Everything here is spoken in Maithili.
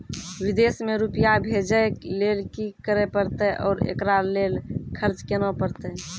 विदेश मे रुपिया भेजैय लेल कि करे परतै और एकरा लेल खर्च केना परतै?